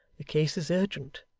the case is urgent.